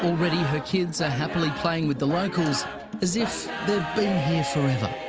already, her kids are happily playing with the locals as if they've been here forever.